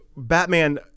Batman